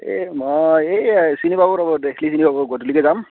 এই মই এই চিনি পাব ৰ'ব দেখিলে চিনি পাব গধূলিকে যাম